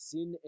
Sin